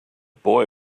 boy